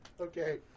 Okay